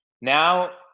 now